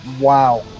wow